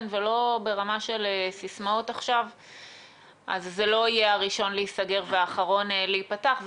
ולא ברמה של סיסמאות אז זה לא יהיה הראשון להיסגר והאחרון להיפתח,